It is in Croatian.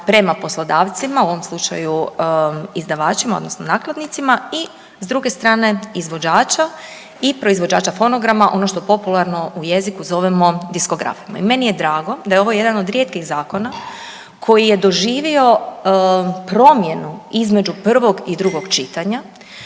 prema poslodavcima u ovom slučaju izdavačima odnosno nakladnicima i s druge strane izvođača i proizvođača fonograma ono što popularno u jeziku zovemo diskografima. I meni je drago da je ovo jedan od rijetkih zakona koji je doživio promjenu između prvog i drugog čitanja